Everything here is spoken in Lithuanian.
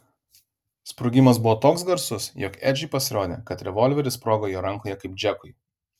sprogimas buvo toks garsus jog edžiui pasirodė kad revolveris sprogo jo rankoje kaip džekui